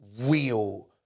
real